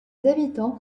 habitants